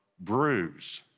bruised